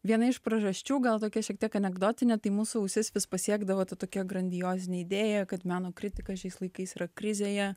viena iš priežasčių gal tokia šiek tiek anekdotinę tai mūsų ausis vis pasiekdavo tokia grandiozinė idėja kad meno kritika šiais laikais yra krizėje